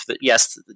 yes